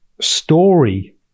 story